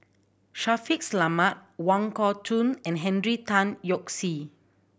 Shaffiq Selamat Wong Kah Chun and Henry Tan Yoke See